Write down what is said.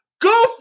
Go